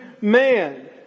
man